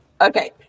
Okay